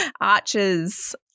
Arches